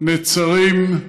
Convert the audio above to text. נצרים,